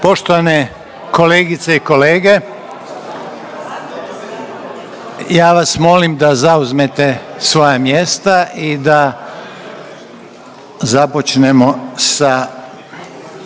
Poštovane kolegice i kolege, ja vas molim da zauzmete svoja mjesta i da započnemo sa